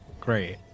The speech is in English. great